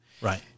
Right